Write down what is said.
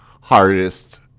hardest